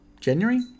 January